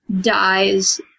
dies